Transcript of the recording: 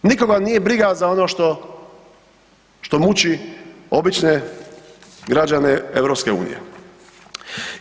Nikoga nije briga za ono što muči obične građane EU-a.